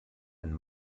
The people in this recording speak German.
ein